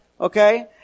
Okay